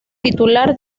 titular